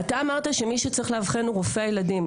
אתה אמרת שמי שצריך לאבחן זה רופא הילדים,